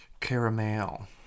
Caramel